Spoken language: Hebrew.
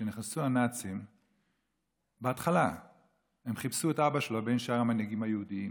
שכשנכנסו הנאצים בהתחלה הם חיפשו את האבא שלו בין שאר המנהיגים היהודים,